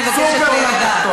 אני מבקשת להירגע.